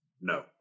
No